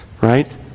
Right